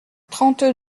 trente